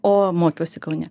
o mokiausi kaune